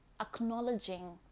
acknowledging